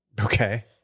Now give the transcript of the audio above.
Okay